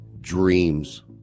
dreams